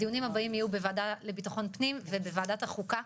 הדיונים הבאים יהיו בוועדה לביטחון פנים ובוועדת החוקה.